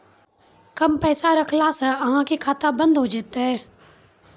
कम पैसा रखला से अहाँ के खाता बंद हो जैतै?